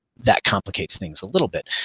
that complicates things a little bit,